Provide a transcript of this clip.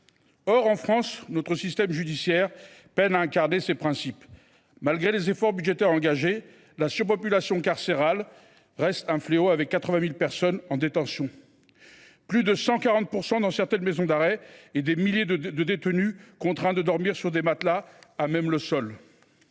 Or, en France, notre système judiciaire peine à incarner ces principes. Malgré les efforts budgétaires engagés, la surpopulation carcérale reste un fléau, avec 80 000 personnes en détention. Le taux d’occupation dépasse 140 % dans certaines maisons d’arrêt, et des milliers de détenus sont contraints de dormir sur des matelas à même le sol.